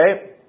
okay